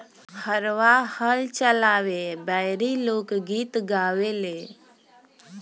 हरवाह हल चलावे बेरी लोक गीत गावेले